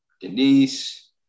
Denise